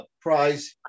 prize